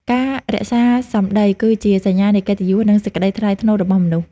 ការរក្សាសម្ដីគឺជាសញ្ញានៃកិត្តិយស និងសេចក្ដីថ្លៃថ្នូររបស់មនុស្ស។